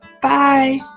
Bye